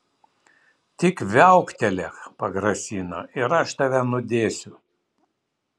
tik viauktelėk pagrasina ir aš tave nudėsiu